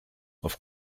auf